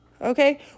Okay